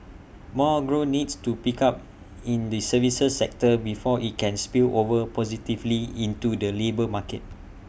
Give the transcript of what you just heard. more growth needs to pick up in the services sector before IT can spill over positively into the labour market